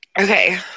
Okay